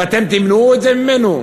ואתם תמנעו את זה ממנו?